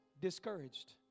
discouraged